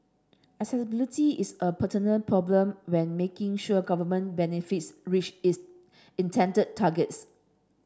accessibility is a perennial problem when making sure government benefits reach its intended targets